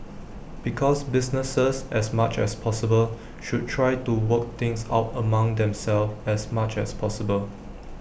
because businesses as much as possible should try to work things out among themselves as much as possible